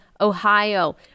Ohio